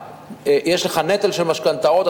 יש לך נטל של משכנתאות,